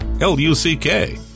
L-U-C-K